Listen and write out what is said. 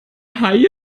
haie